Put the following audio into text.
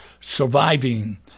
surviving